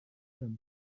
them